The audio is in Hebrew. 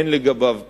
אין לגביו פשרות,